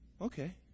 okay